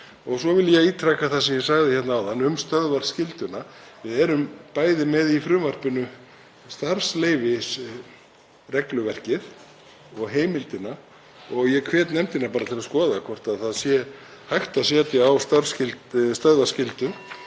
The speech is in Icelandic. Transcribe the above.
Svo vil ég ítreka það sem ég sagði áðan um stöðvaskylduna. Við erum bæði með í frumvarpinu starfsleyfisregluverkið og heimildina og ég hvet nefndina til að skoða hvort hægt sé að setja á stöðvaskyldu